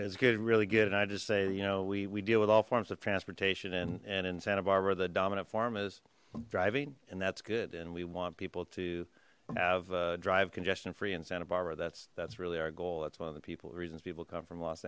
it's good really good and i just say you know we we deal with all forms of transportation and and in santa barbara the dominant forum is driving and that's good and we want people to have drive congestion free in santa barbara that's that's really our goal that's one of the people reasons people come from los